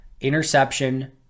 interception